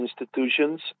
institutions